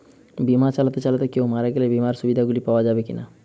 বিমা চালাতে চালাতে কেও মারা গেলে বিমার সুবিধা গুলি পাওয়া যাবে কি না?